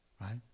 Right